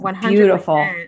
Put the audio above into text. Beautiful